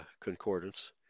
concordance